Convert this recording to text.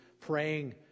praying